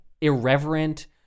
irreverent